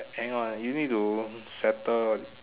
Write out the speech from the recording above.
hang on you need to settle